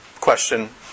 question